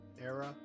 era